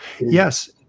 Yes